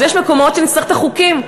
אז יש מקומות שנצטרך את החוקים,